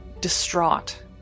distraught